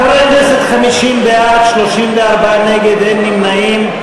חברי הכנסת, 50 בעד, 34 נגד, אין נמנעים.